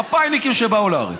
מפא"יניקים שבאו לארץ.